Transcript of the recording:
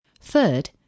Third